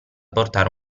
portare